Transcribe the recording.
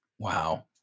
Wow